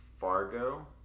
Fargo